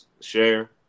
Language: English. share